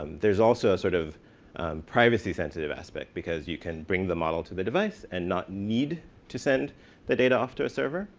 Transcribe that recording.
there's also a sort of privacy sensitive aspect, because you can bring the model to the device and not need to send the data off to a server,